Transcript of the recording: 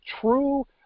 true